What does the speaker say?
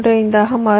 35 ஆக மாறும்